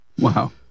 Wow